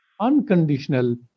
unconditional